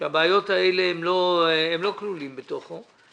והם לא כלולים בבעיות האלה,